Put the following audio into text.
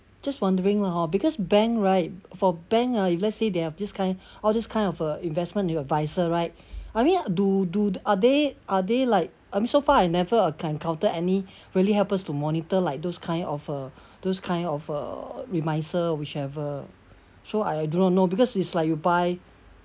just wondering hor because bank right for bank ah if let's say they have this kind all this kind of uh investment advisor right I mean uh do do are they are they like I mean so far I never uh encounter any really help us to monitor like those kind of uh those kind of uh remisier whichever so I do not know because it's like you buy